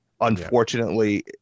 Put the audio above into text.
Unfortunately